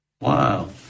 Wow